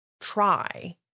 Try